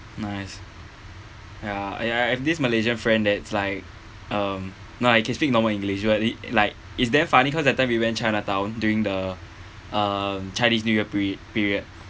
nice ya I have I have this malaysian friend that's like um no I can speak normal english but it like it's damn funny cause that time we went chinatown during the um chinese new year period period